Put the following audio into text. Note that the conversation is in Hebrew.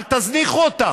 אל תזניחו אותם.